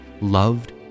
loved